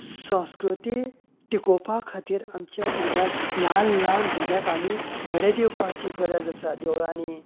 संस्कृती टिकोवन दवरचे खातीर आमच्या भुरग्यांक ल्हान ल्हान भुरग्यांक आमी धडे दिवपाची गरज आसा देवळांनी